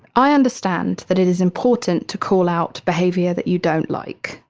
i understand that it is important to call out behavior that you don't like.